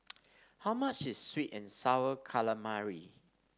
how much is sweet and sour calamari